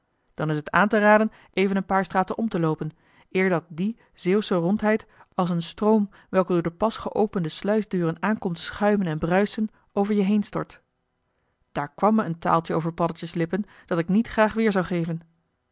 dan is het aan te raden even een paar straten om te loopen eer dat joh h been paddeltje de scheepsjongen van michiel de ruijter die zeeuwsche rondheid als een stroom welke door de pas geopende sluisdeuren aan komt schuimen en bruisen over je heen stort daar kwam me een taaltje over paddeltje's lippen dat ik niet graag weer zou geven